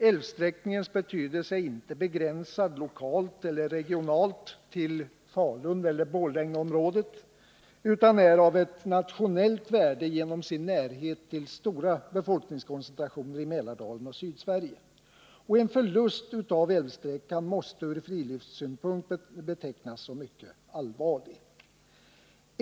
Älvsträckningens betydelse är inte begränsad lokalt eller regionalt till Falun eller Borlängeområdet utan är av ett nationellt värde genom sin närhet till stora befolkningskoncentrationer i Mälardalen och Sydsverige. En förlust av älvsträckan måste ur friluftslivssynpunkt betecknas som mycket allvarlig.